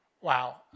Wow